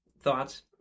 Thoughts